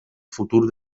futur